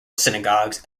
synagogues